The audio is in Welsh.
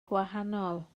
gwahanol